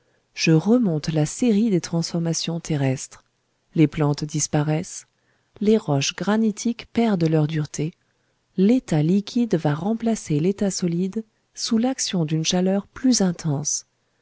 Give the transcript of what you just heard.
je remonte la série des transformations terrestres les plantes disparaissent les roches granitiques perdent leur dureté l'état liquide va remplacer l'état solide sous l'action d'une chaleur plus intense